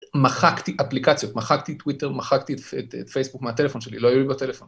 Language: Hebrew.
מחקתי אפליקציות, מחקתי טוויטר, מחקתי את פייסבוק מהטלפון שלי, לא היו לי בטלפון.